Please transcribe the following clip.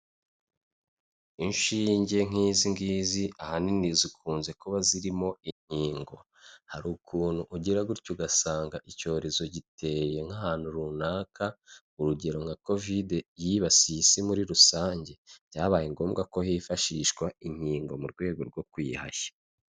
Inshinge nk'izi ngizi ahanini zikunze kuba zirimo inkingo. Hari ukuntu ugira gutya ugasanga icyorezo giteye nk'ahantu runaka, urugero nka Kovide yibasiye isi muri rusange. Byabaye ngombwa ko hifashishwa inkingo mu rwego rwo kuyihashya.